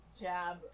jab